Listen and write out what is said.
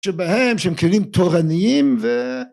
שבהם שהם כלים תורניים ו...